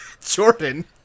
jordan